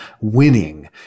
winning